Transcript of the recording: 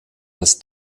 als